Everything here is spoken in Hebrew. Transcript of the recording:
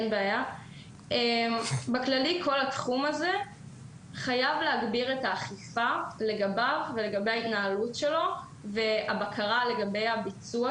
בכל התחום הזה חייבים להגביר את האכיפה ואת הבקרה על הביצוע